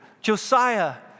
Josiah